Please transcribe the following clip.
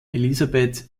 elisabeth